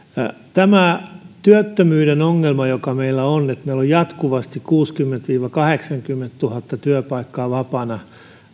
työttömyyden ongelma joka meillä on että meillä on jatkuvasti kuusikymmentätuhatta viiva kahdeksankymmentätuhatta työpaikkaa vapaana